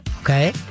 okay